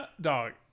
dog